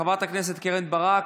חברת הכנסת קרן ברק,